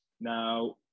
Now